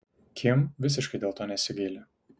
kim visiškai dėl to nesigaili